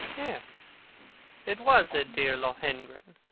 yes it was at dear lohengrin.